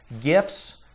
gifts